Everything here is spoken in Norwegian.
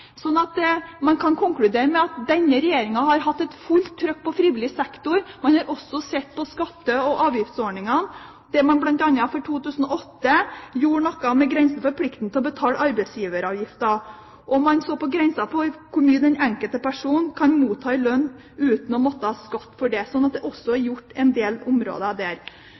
Man kan konkludere med at denne regjeringen har hatt fullt trykk på frivillig sektor. Man har også sett på skatte- og avgiftsordningene, der man bl.a. for 2008 gjorde noe med grensen for plikten til å betale arbeidsgiveravgift, og man så på grensen for hvor mye den enkelte person kan motta i lønn uten å måtte skatte av det. Så det er også gjort en del